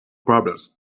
problems